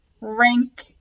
rank